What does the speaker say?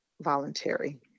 voluntary